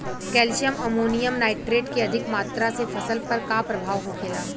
Calcium ammonium nitrate के अधिक मात्रा से फसल पर का प्रभाव होखेला?